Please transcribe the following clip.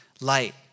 light